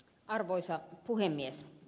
arvoisa puhemies